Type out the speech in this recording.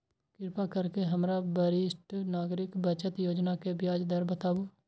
कृपा करके हमरा वरिष्ठ नागरिक बचत योजना के ब्याज दर बताबू